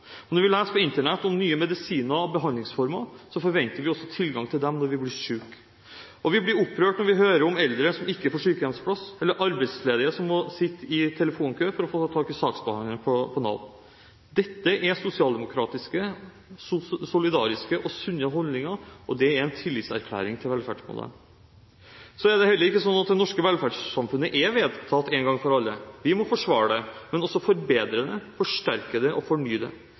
Når vi leser på Internett om nye medisiner og behandlingsformer, forventer vi også tilgang til dem når vi blir syke. Vi blir opprørte når vi hører om eldre som ikke får sykehjemsplass, eller arbeidsledige som må sitte i telefonkø for å få tak i saksbehandleren på Nav. Dette er sosialdemokratiske, solidariske og sunne holdninger, og det er en tillitserklæring til velferdsmodellen. Så er det heller ikke sånn at det norske velferdssamfunnet er vedtatt en gang for alle. Vi må forsvare det, men også forbedre det, forsterke det og fornye det.